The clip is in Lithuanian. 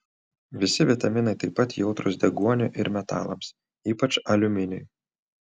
visi vitaminai taip pat jautrūs deguoniui ir metalams ypač aliuminiui